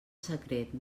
secret